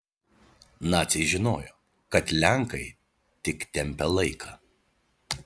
naciai žinojo kad lenkai tik tempia laiką